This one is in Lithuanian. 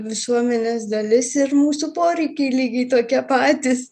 visuomenės dalis ir mūsų poreikiai lygiai tokie patys